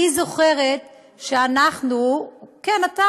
אני זוכרת שאנחנו, כולנו מוסלמים.